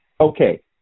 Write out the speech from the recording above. Okay